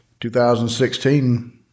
2016